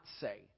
say